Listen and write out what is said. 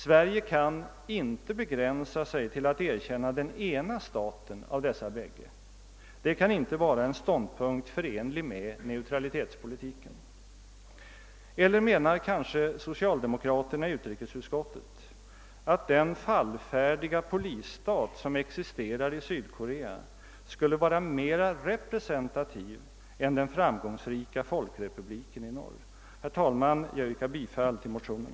Sverige kan inte begränsa sig till att erkänna den ena staten — det kan inte vara en ståndpunkt som är förenlig med neutralitetspolitiken. Eller menar kanske social demokraterna i utrikesutskottet att den fallfärdiga polisstat som existerar i Sydkorea skulle vara mer representativ än den framgångsrika folkrepubliken i norr? Herr talman! Jag yrkar bifall till motionen.